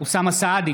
אוסאמה סעדי,